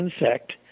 insect